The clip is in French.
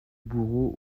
bourreau